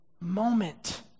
moment